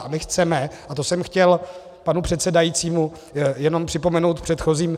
My chceme, a to jsem chtěl panu předsedajícímu jenom připomenout v předchozím...